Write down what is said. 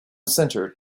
center